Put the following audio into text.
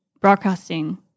broadcasting